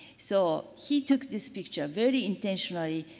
so, he took this picture very intentionally,